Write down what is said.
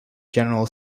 general